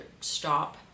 stop